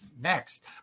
next